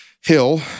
Hill